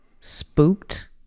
spooked